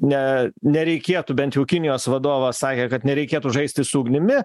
ne nereikėtų bent jau kinijos vadovas sakė kad nereikėtų žaisti su ugnimi